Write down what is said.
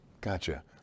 Gotcha